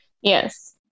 Yes